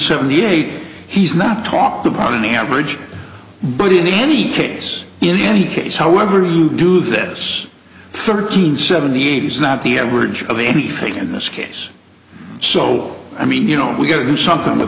seventy eight he's not talked about on the average but in any case in any case however you do this thirteen seventy eight is not the average of anything in this case so i mean you know we got to do something